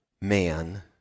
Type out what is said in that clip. man